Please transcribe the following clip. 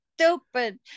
stupid